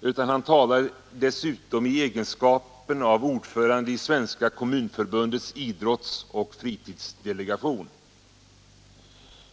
utan han talar dessutom i egenskap av ordförande i Svenska kommunförbundets idrottsoch fritidsdelegation.